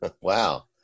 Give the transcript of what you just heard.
Wow